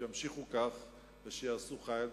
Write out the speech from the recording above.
שימשיכו כך ושיעשו חיל,